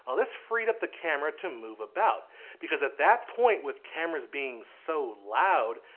um this freed up the camera to move about because at that point, with cameras being so loud,